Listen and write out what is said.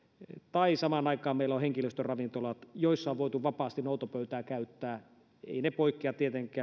tai samaan aikaan meillä on henkilöstöravintolat joissa on voitu vapaasti noutopöytää käyttää eivät ne tietenkään poikkea